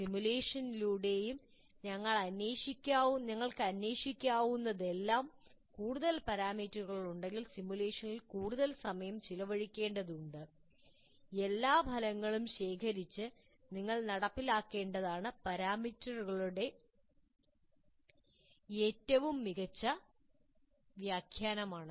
സിമുലേഷനിലൂടെയും നിങ്ങൾക്ക് അന്വേഷിക്കാവുന്നതെല്ലാം കൂടുതൽ പാരാമീറ്ററുകൾ ഉണ്ടെങ്കിൽ സിമുലേഷനിൽ കൂടുതൽ സമയം ചെലവഴിക്കേണ്ടതുണ്ട് എല്ലാ ഫലങ്ങളും ശേഖരിച്ച് നിങ്ങൾ നടപ്പിലാക്കേണ്ടത് പാരാമീറ്ററുകളുടെ ഏറ്റവും മികച്ച വ്യാഖ്യാനമാണ്